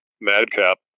madcap